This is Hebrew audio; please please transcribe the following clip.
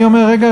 אני אומר: רגע,